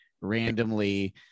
randomly